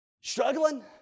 Struggling